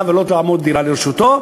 היה ולא תעמוד דירה לרשותו,